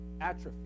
Atrophy